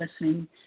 listening